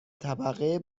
طبقه